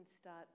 start